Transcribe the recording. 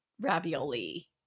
ravioli